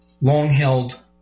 long-held